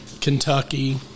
Kentucky